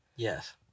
Yes